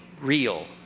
real